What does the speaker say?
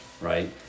right